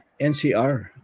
NCR